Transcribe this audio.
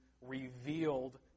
revealed